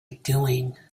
doing